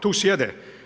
Tu sjede.